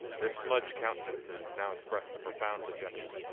their smudged countenances now expressed a profound dejection.